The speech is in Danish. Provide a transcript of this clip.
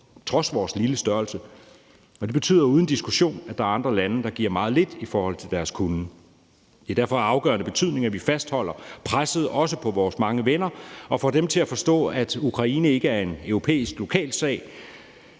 trods vores lille størrelse. Det betyder uden diskussion, at der er andre lande, der giver meget lidt i forhold til deres kunnen. Det er derfor af afgørende betydning, at vi fastholder presset på lande, også på vores mange venner, og får dem til at forstå, at Ukraine ikke er en europæisk lokalsag